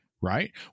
Right